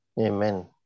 Amen